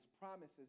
promises